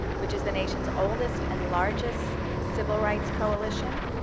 which is the nation's oldest and largest civil rights coalition,